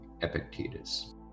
epictetus